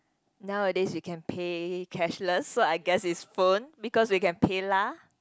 nowadays you can pay cashless so I guess it's phone because you can PayLah